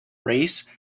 race